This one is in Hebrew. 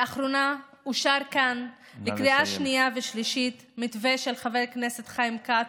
לאחרונה אושר כאן לקריאה שנייה ושלישית מתווה של חבר הכנסת חיים כץ.